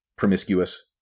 promiscuous